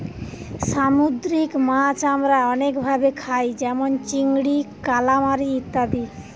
সামুদ্রিক মাছ আমরা অনেক ভাবে খাই যেমন চিংড়ি, কালামারী ইত্যাদি